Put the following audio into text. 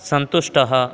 सन्तुष्टः